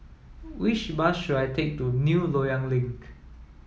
which bus should I take to New Loyang Link